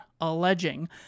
alleging